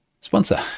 sponsor